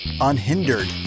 unhindered